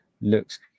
Looks